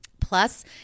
Plus